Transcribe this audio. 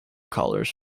collars